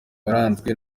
waranzwe